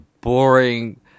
boring